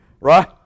Right